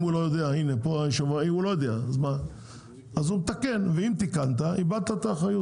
אם אדם לא יודע והוא מתקן, הוא מאבד את האחריות.